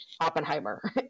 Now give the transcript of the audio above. Oppenheimer